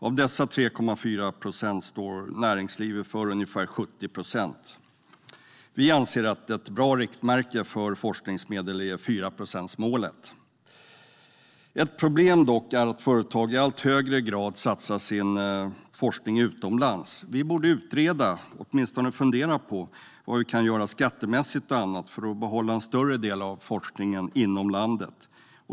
Av dessa 3,4 procent står näringslivet för ungefär 70 procent. Vi anser att ett bra riktmärke för forskningsmedel är fyraprocentsmålet. Ett problem är dock att företag i allt högre grad satsar på att bedriva sin forskning utomlands. Vi borde utreda eller åtminstone fundera på vad vi kan göra, skattemässigt och på annat sätt, för att behålla en större del av forskningen inom landet.